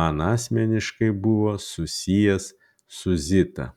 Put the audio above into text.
man asmeniškai buvo susijęs su zita